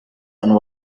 and